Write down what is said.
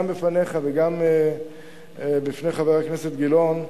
גם בפניך וגם בפני חבר הכנסת גילאון,